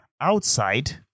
outside